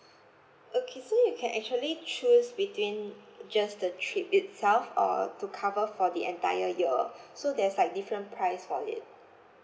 okay so you can actually choose between just the trip itself or to cover for the entire year so there's like different price for it